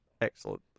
Excellent